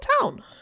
town